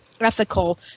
ethical